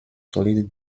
solides